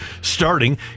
starting